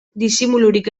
disimulurik